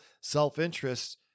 self-interest